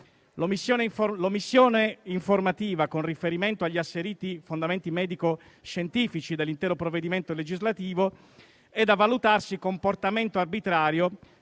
L'omissione informativa con riferimento agli asseriti fondamenti medico scientifici dell'intero provvedimento legislativo, è da valutarsi comportamento arbitrario